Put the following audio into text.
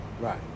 Right